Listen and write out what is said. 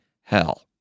hell